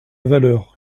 valeur